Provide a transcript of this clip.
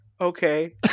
Okay